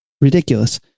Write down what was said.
ridiculous